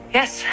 yes